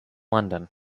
london